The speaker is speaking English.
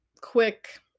quick